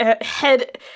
head